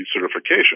certification